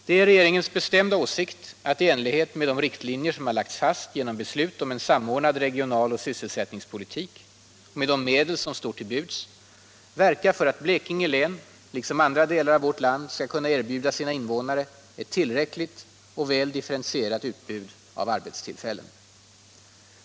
Det är regeringens bestämda avsikt att i enlighet med de riktlinjer som har lagts fast genom beslut om en samordnad regional och sysselsättningspolitik och med de medel som står till buds verka för att Blekinge län liksom andra delar av vårt land skall kunna erbjuda sina invånare ett tillräckligt och väl differentierat utbud av arbetstillfällen.